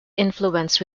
influence